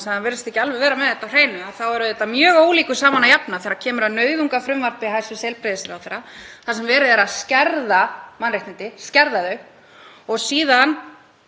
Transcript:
og síðan afglæpavæðingu vörslu neysluskammta, þar sem er verið að efla mannréttindi. Það er ekki alveg sami hluturinn fyrir utan það að við höfum auðvitað frá árinu 2015